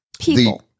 people